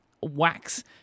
wax